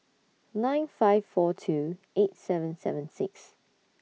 nine five four two eight seven seven six